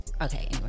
okay